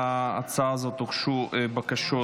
להצעה הזאת הוגשו בקשות.